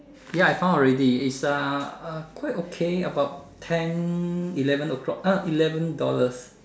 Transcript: ya I found already it's uh quite okay about ten eleven o'clock uh eleven dollars